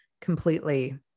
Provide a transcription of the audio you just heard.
completely